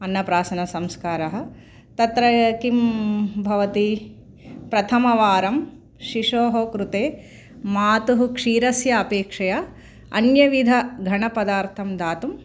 अन्नप्राशनसंस्कारः तत्र किं भवति प्रथमवारं शिशोः कृते मातुः क्षीरस्य अपेक्षया अन्यविध घणपदार्थं दातुं